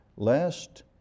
Lest